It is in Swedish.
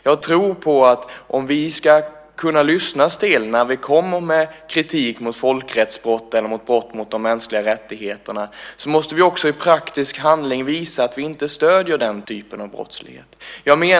Jag tror att om vi ska bli lyssnade på när vi kommer med kritik mot folkrättsbrotten och mot brott mot de mänskliga rättigheterna måste vi också i praktisk handling visa att vi inte stöder den typen av brottslighet.